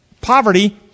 poverty